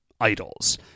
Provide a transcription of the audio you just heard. idols